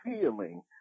feeling